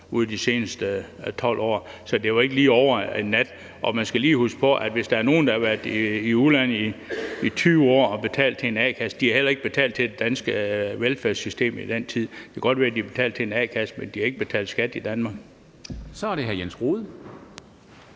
ud af de seneste 12 år. Så det var jo ikke lige over en nat, og man skal lige huske på, at hvis der er nogen, der har været i udlandet i 20 år og betalt til en a-kasse, har de ikke betalt til det danske velfærdssystem i den tid. Det kan godt være, de har betalt til en a-kasse, men de har ikke betalt skat i Danmark. Kl. 10:10 Formanden